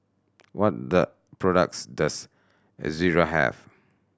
what products does Ezerra have